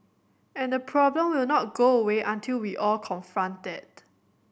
and the problem will not go away until we all confront that